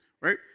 right